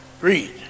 Read